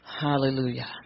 Hallelujah